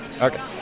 Okay